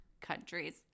countries